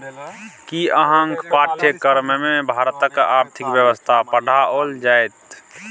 कि अहाँक पाठ्यक्रममे भारतक आर्थिक व्यवस्था पढ़ाओल जाएत?